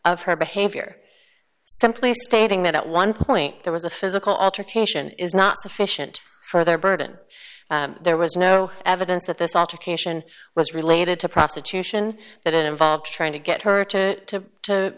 of her behavior simply stating that at one point there was a physical altercation is not sufficient for their burden there was no evidence that this altercation was related to prostitution that involved trying to get her